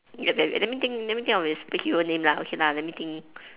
wait wait let me think let me think of your superhero name lah okay lah let me think